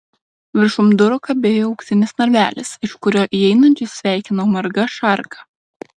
viršum durų kabėjo auksinis narvelis iš kurio įeinančius sveikino marga šarka